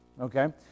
Okay